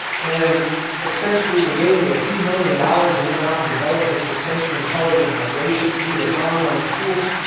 and accenture even gave me a few million dollars and we went out and develop this accenture intelligent migration suite of online tools,